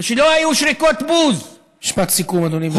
ושלא היו שריקות בוז, משפט סיכום, אדוני, בבקשה.